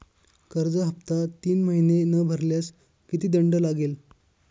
कर्ज हफ्ता तीन महिने न भरल्यास किती दंड लागेल?